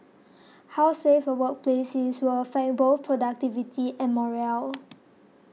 how safe a workplace is will affect both productivity and morale